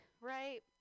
right